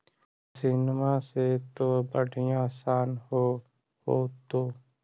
मसिनमा से तो बढ़िया आसन हो होतो?